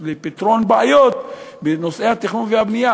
לפתרון בעיות בנושאי התכנון הבנייה,